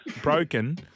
broken